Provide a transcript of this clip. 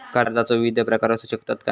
कर्जाचो विविध प्रकार असु शकतत काय?